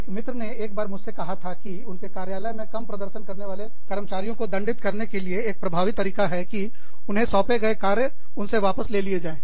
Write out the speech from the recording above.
एक मित्र ने एक बार मुझसे कहा था कि उनके कार्यालय में कम प्रदर्शन करने वाले कर्मचारियों को दंडित करने का एक प्रभावी तरीका यह है कि उन्हें सौंपे गए कार्य उनसे वापस ले लिए जाएं